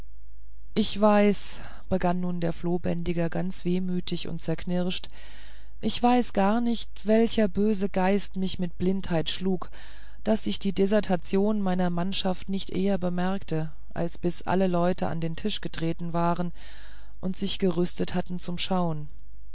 ich weiß begann nun der flohbändiger ganz wehmütig und zerknirscht ich weiß gar nicht welcher böse geist mich mit blindheit schlug daß ich die desertion meiner mannschaft nicht eher bemerkte als bis alle leute an den tisch getreten waren und sich gerüstet hatten zum schauen